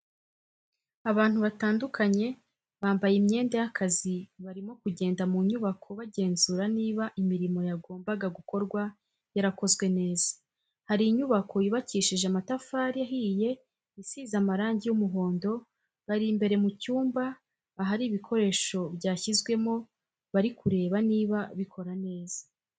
Abantu batandukanye bambaye imyenda y'akazi barimo kugenda mu nyubako bagenzura niba imirimo yagombaga gukorwa yarakozwe neza, hari inyubako yubakishije amatafari ahiye isize amarangi y'umuhondo, bari imbere mu cyumba ahari ibikoresho byashyizwemo bari kureba niba bikora neza.